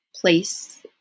place